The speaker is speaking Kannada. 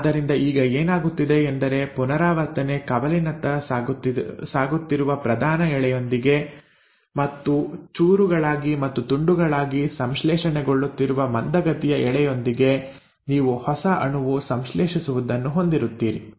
ಆದ್ದರಿಂದ ಈಗ ಏನಾಗುತ್ತಿದೆ ಎಂದರೆ ಪುನರಾವರ್ತನೆ ಕವಲಿನತ್ತ ಸಾಗುತ್ತಿರುವ ಪ್ರಧಾನ ಎಳೆಯೊಂದಿಗೆ ಮತ್ತು ಚೂರುಗಳಾಗಿ ಮತ್ತು ತುಂಡುಗಳಾಗಿ ಸಂಶ್ಲೇಷಣೆಗೊಳ್ಳುತ್ತಿರುವ ಮಂದಗತಿಯ ಎಳೆಯೊಂದಿಗೆ ನೀವು ಹೊಸ ಅಣುವು ಸಂಶ್ಲೇಷಿಸುವುದನ್ನು ಹೊಂದಿರುತ್ತೀರಿ